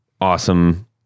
awesome